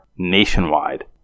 Nationwide